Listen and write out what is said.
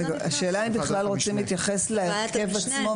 השאלה היא אם בכלל רוצים להתייחס להרכב עצמו,